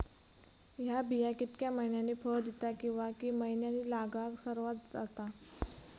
हया बिया कितक्या मैन्यानी फळ दिता कीवा की मैन्यानी लागाक सर्वात जाता?